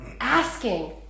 asking